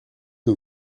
que